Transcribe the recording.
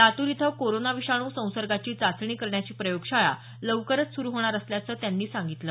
लातूर इथं कोरोना विषाणू संसर्गाची चाचणी करण्याची प्रयोगशाळा लवकरच सुरु होणार असल्याचं त्यांनी सांगितलं